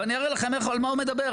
ואני אראה לכם על מה הוא מדבר,